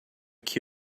que